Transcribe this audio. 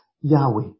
Yahweh